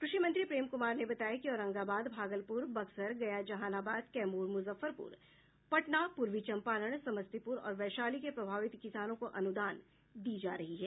कृषि मंत्री प्रेम कुमार ने बताया है कि औरंगाबाद भागलपुर बक्सर गया जहानाबाद कैमूर मुजफफ्रपुर पटना पूर्वी चम्पारण समस्तीपुर और वैशाली के प्रभावित किसानों को अनुदान दी जा रही है